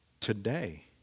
today